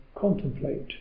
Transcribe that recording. contemplate